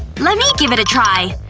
lemme give it a try.